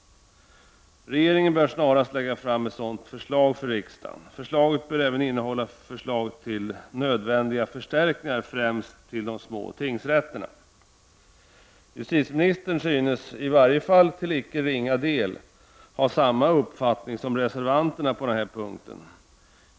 Regeringen bör snarast lägga fram ett sådant förslag för riksdagen. Förslaget bör även innehålla förslag till nödvändiga förstärkningar, främst på de små tingrätterna. Justitieministern synes i varje fall till icke ringa del ha samma uppfattning som reservanterna på denna punkt.